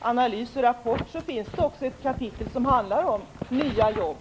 analys och rapport finns det också ett kapitel som handlar om nya jobb.